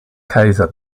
kaiser